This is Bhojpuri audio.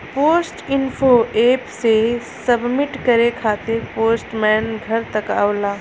पोस्ट इन्फो एप से सबमिट करे खातिर पोस्टमैन घर तक आवला